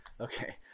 Okay